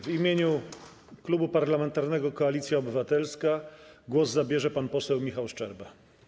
W imieniu Klubu Parlamentarnego Koalicja Obywatelska głos zabierze pan poseł Michał Szczerba.